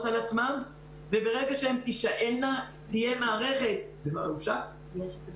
על עצמן וברגע שהן תישאלנה תהיה מערכת - אה,